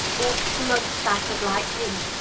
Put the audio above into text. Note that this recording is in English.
all blood-spattered like him,